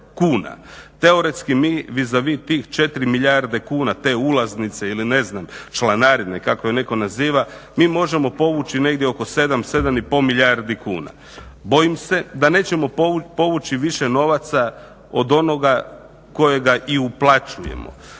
Teoretski mi vis a vis tih 4 milijarde kuna te ulaznice ne znam članarine kako je netko naziva, mi možemo povući negdje oko 7, 7,5 milijardi kuna. bojim se da nećemo povući više novaca od onoga kojega i uplaćujemo,